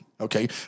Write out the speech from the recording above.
okay